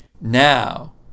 now